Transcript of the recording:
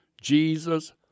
Jesus